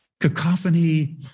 cacophony